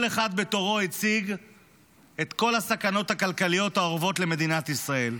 כל אחד בתורו הציג את כל הסכנות הכלכליות האורבות למדינת ישראל.